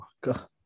god